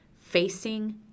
facing